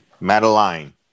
Madeline